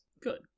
Good